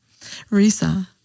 Risa